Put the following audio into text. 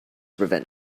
prevent